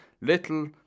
Little